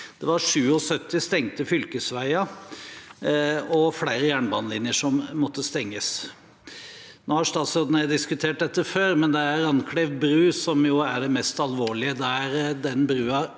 Det var 77 stengte fylkesveier, og flere jernbanelinjer måtte stenges. Nå har statsråden og jeg diskutert dette før, men det er Randklev bru som er det mest alvorlige.